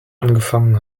angefangen